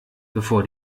bevor